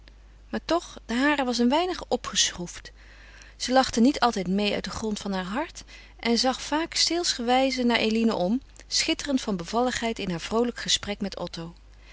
maar toch de hare was een weinig opgeschroefd zij lachte niet altijd meê uit den grond van haar hart en zag vaak steelsgewijze naar eline om schitterend van bevalligheid in haar vroolijk gesprek met otto